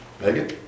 Megan